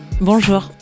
Bonjour